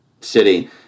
city